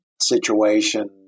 situation